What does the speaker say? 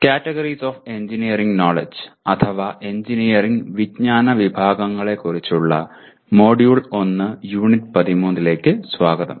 categories of engineering knowledge അഥവാ engineering വിജ്ഞാന വിഭാഗങ്ങളെക്കുറിച്ചുള്ള മൊഡ്യൂൾ 1 യൂണിറ്റ് 13 ലേക്ക് സ്വാഗതം